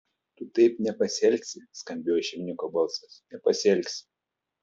tu taip nepasielgsi skambėjo šeimininko balsas nepasielgsi